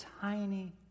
tiny